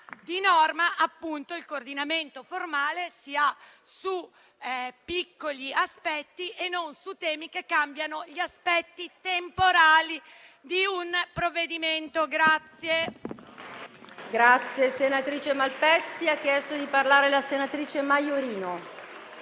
di norma, appunto, il coordinamento formale si ha su piccoli aspetti e non su temi che cambiano gli aspetti temporali di un provvedimento.